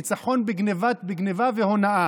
ניצחון בגנבה והונאה.